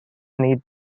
need